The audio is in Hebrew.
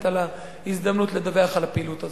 על ההזדמנות לדווח על הפעילות הזאת.